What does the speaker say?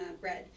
bread